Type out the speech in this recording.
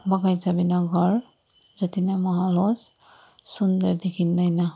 बगैँचा बिना घर जति नै महल होस् सुन्दर देखिँदैन